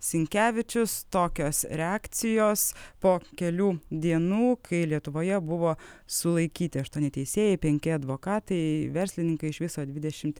sinkevičius tokios reakcijos po kelių dienų kai lietuvoje buvo sulaikyti aštuoni teisėjai penki advokatai verslininkai iš viso dvidešimt